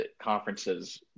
conferences